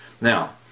Now